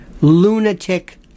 lunatic